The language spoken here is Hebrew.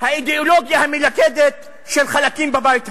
האידיאולוגיה המלכדת של חלקים בבית הזה,